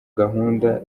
gahunda